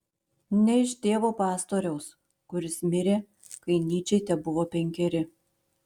ne iš tėvo pastoriaus kuris mirė kai nyčei tebuvo penkeri